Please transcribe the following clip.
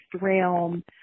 realm